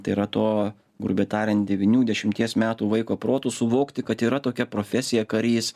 tai yra to grubiai tariant devynių dešimties metų vaiko protu suvokti kad yra tokia profesija karys